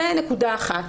זו נקודה אחת.